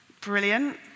Brilliant